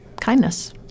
kindness